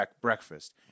breakfast